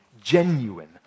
genuine